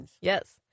Yes